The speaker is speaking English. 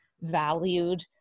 valued